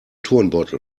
turnbeutel